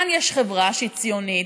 כאן יש חברה שהיא ציונית,